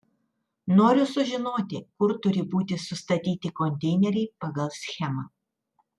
noriu sužinoti kur turi būtų sustatyti konteineriai pagal schemą